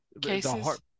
cases